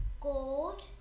gold